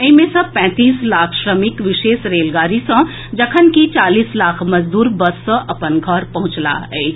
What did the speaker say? एहि मे सँ पैंतीस लाख श्रमिक विशेष रेलगाड़ी सँ जखनकि चालीस लाख मजदूर बस सँ अपन घर पहुंचलाह अछि